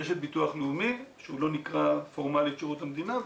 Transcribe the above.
יש את ביטוח לאומי שהוא לא נקרא פורמלית שירות המדינה,